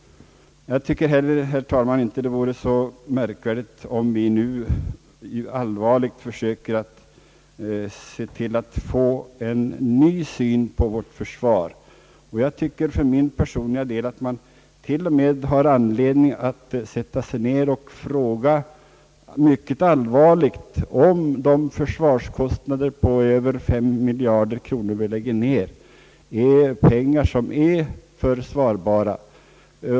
Jag menar inte heller, herr talman, att det vore så märkvärdigt om vi nu allvarligt försöker att få en ny syn på vårt försvar, och jag tycker för min personliga del att man t.o.m. har anledning att sätta sig ned och mycket allvarligt fråga om de försvarskostnader på över fem miljarder kronor som vi har är utgifter som kan försvaras.